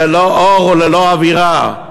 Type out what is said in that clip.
ללא אור וללא אווירה.